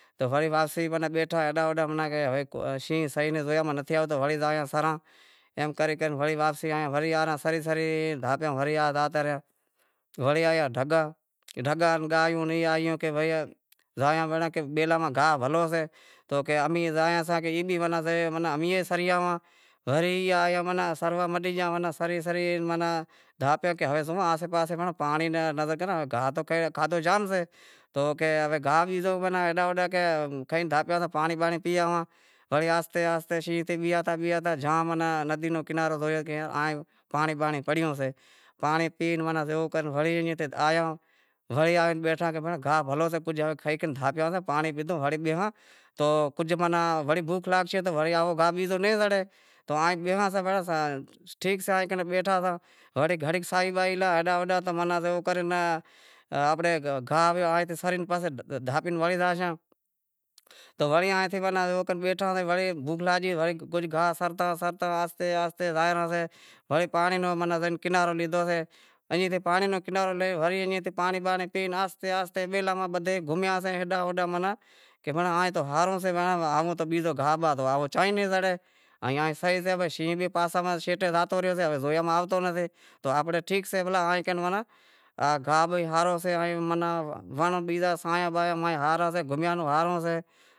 وڑے واپسی بیٹھا زوئے کہ ایڈاں اوڈاں کہ شینہں ہوے سے ئی نہیں زویا ماہ نتھی آوتو، وڑے زائے سراں ایم کرے کرے وڑے واپسی آیا، سری سری دھاپیاں وری آتا رہیا۔ وڑے آیا ڈھگا، ڈھگا گائیوں ای آیوں کہ بھیا زائاں پرہا بیلاں ماہ گاہ بھلو سے تو کہے امیں زایاسیں تو ای بھی، کہ امیں بھی سری آواں، سری آیا ماناں سروا مٹی گیا ماناں سری سری دھاپیا ماناں ہے زوئوں آسے پاسے ناں بھینڑاں پانڑی ناں نظر کراں گاہ تاں کھادہو زام شے تو کہے گاہ بیزو کہ ہیڈاں ہوڈاں کھئی دھاپیا سیں پانڑی بانڑی پیئے آواں وڑے آہستے آہستے شینہں تھے بیہازتا بیہازتا زام ندی رو کنارو زویو کہ پانڑی بانڑی پڑیوں سے۔ پانڑی پی وڑے زیوو کر ایئں تھی آیا آں، وڑے آئے بیٹھا کہ گاہ بھلو سے کجھ کھائی کھائی دھاپیاساں پانڑی پیدہو وڑے بیہاں تو وڑے بوکھ لاگشے تو وڑے بیزو گاہ نہیں زڑے تو ہائیں بیہاں سے تو ٹھیک سے بیٹھا ساں وڑے گھڑی ساہی باہی لا ایڈاں اوڈاں تاں وڑی آپیں گاہ باہ سری ڈھاپی وری زاشاں تو وڑی ہانتھ آئے بیٹھا سے وڑی بوکھ لاگی تو کجھ گاہ سرتاں سرتاں آہستے آہستے زائے رہیاسیں وڑی پانڑی رو زائے کنارو لیدہو سے۔ ائیں تھے پانڑی رو کنارو لے وڑی ایئں تھے پانڑی بانڑی پی آہستے آہستے بیلاں ماہ بدہے گھومیا سے ہیڈاں ہوڈاں من کہ آئیں تو ہاروں سے آویں تو بیزو گاہ باہ تو چائیں ناں زڑے ائیں شینہں بھی شیٹے ماں زاتو رہیو سے زویا ماہ آوتو نا سے تو آنپڑے ٹھیک سے کہ آئیں کن بھلاں گاہ بھی ہارو سے ہنڑ بنڑ بیزا ساراں سے گھومیا نیں ہاروں سے